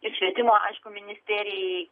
ir švietimo aišku ministerijai